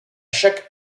chaque